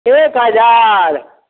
एक हजार